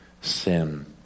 sin